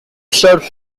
serves